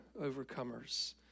overcomers